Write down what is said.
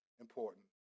important